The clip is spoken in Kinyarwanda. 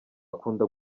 akunda